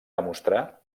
demostrar